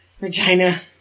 Regina